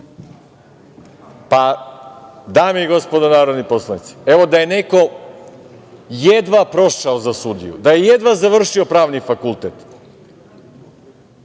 Dame i gospodo narodni poslanici, da je neko jedva prošao za sudiju, da jedva završio pravni fakultet,